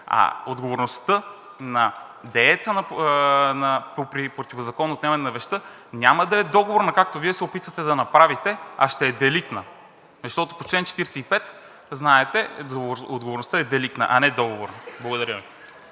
А отговорността на дееца по противозаконно отнемане на вещта, няма да е договорна, както Вие се опитвате да направите, а ще е деликтна, защото по чл. 45 знаете отговорността е деликтна, а не договор. Благодаря